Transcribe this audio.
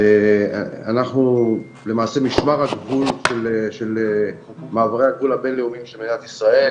אנחנו למעשה משמר הגבול של מעברי הגבול הבינלאומיים של מדינת ישראל,